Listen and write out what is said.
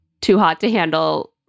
too-hot-to-handle